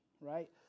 Right